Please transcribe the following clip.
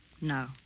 No